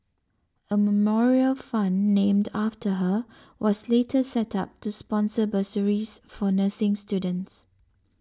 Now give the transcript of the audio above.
a memorial fund named after her was later set up to sponsor bursaries for nursing students